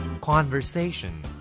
Conversation